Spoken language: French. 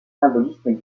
symbolisme